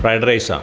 fried റൈസാണോ